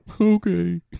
Okay